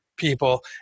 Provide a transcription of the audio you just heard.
people